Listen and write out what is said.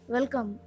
Welcome